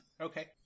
Okay